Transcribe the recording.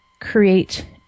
create